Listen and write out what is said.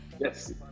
Yes